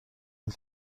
این